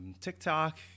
TikTok